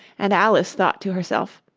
and alice thought to herself,